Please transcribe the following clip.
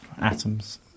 Atoms